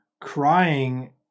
crying